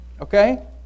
okay